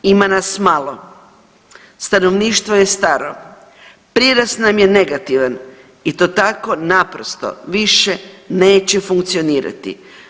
Imam nas malo, stanovništvo je staro, prirast nam je negativan i to tako naprosto više neće funkcionirati.